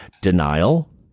denial